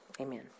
Amen